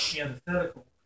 antithetical